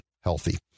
healthy